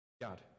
God